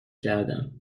کردم